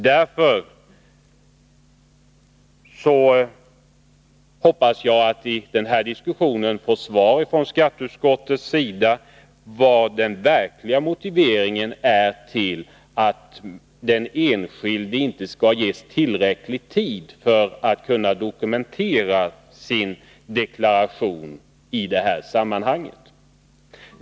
Jag hoppas därför att skatteutskottet nu talar om det verkliga skälet till att den enskilde inte ges tillräcklig tid för att kunna dokumentera sin självdeklaration.